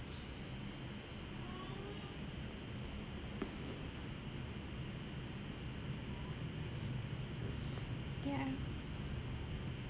yeah